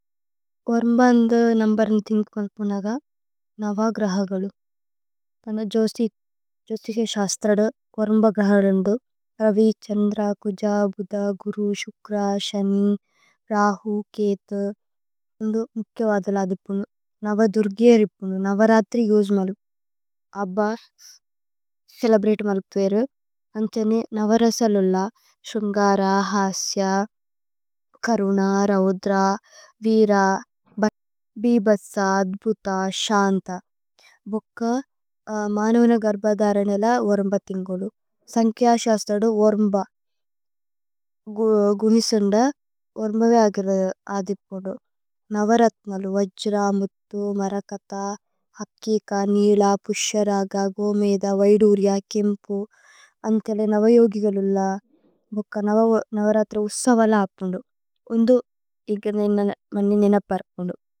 കോര്മ്ബന്ധ് നമ്ബര്നി തിന്ക്മോല് പുനഗ നവഗ് രഹഗലു। തന ജ്യോതിയ ശസ്ത്രധ കോര്മ്ബ രഹഗലു രേന്ദു। രവി ഛ്ഹന്ദ്രകു ജാബുദ ഗുരു ശുക്രശനി രഹു കേഥു। ന്ധു മുക്ക്യ വദലദി പുനു। നവ ദുര്ഗാരി പുനു। നവ രത്രി യുജ്മലു। അബ്ബ ഛേലേബ്രതേ മല്ഫേരു। നവ രസലു ലല। ശുന്ഗര ഹാസ്യ। കരുന രവുദ്ര। വീര ഭ്ഹിഭത്സ। അദ്ബുത ശന്ത। മുക്ക മനൂന ഗര്ഭദര നേല വോര്മ്ബ തിന്ക്മോലു। സന്ക്യശ ശസ്ത്രധ വോര്മ്ബ। ഗുനിസന്ദ വോര്മ്ബ യഗിര് അദിപോലു। നവ രത്മലു വജ്രമുത്ഥു മരകഥ। ഹക്കിക നില പുശ്യരഗ ഗോമേദ വൈധുര്യ കേമ്പു। അന്ഥേല നവ യോഗിഗലു ലല। മുക്ക നവ രത്രി ഉശവല പുനു। ന്ധു തിന്ക്മോലു മനി നിന പര് പുനു।